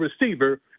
receiver